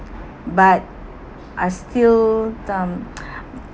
but I still um